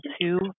two